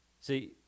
See